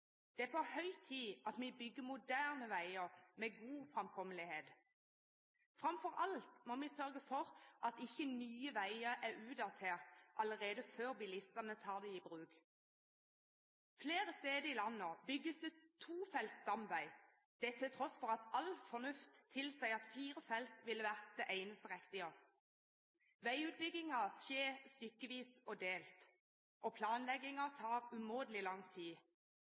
Det er på høy tid at vi bygger moderne veier med god framkommelighet. Framfor alt må vi sørge for at ikke nye veier er utdaterte allerede før bilistene tar dem i bruk. Flere steder i landet bygges det tofelts stamvei, til tross for at all fornuft tilsier at fire felt ville vært det eneste riktige. Veiutbyggingen skjer stykkevis og delt, og planleggingen tar umåtelig lang tid.